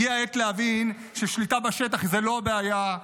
הגיע העת להבין ששליטה בשטח זו לא הבעיה,